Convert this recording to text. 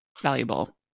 valuable